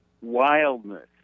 wildness